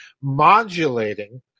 modulating